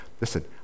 listen